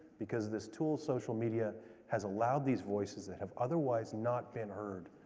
because this tool social media has allowed these voices that have otherwise not been heard.